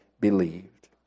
believed